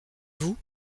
vous